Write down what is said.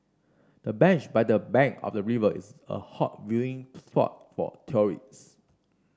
the bench by the bank of the river is a hot viewing spot for tourists